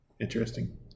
interesting